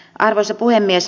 arvoisa puhemies